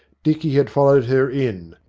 dicky had followed her in,